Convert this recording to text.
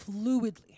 fluidly